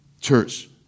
Church